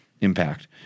impact